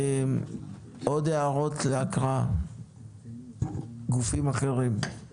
עוד הערות של גופים אחרים להצעת החוק?